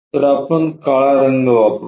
तर आपण काळा रंग वापरू